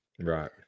Right